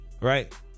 Right